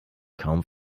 kaum